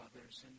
others